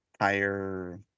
higher